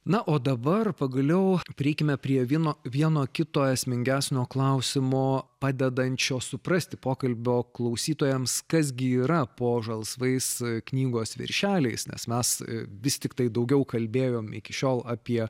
na o dabar pagaliau prieikime prie vieno vieno kito esmingesnio klausimo padedančio suprasti pokalbio klausytojams kas gi yra po žalsvais knygos viršeliais nes mes vis tiktai daugiau kalbėjom iki šiol apie